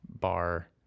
bar